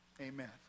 Amen